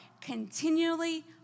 Continually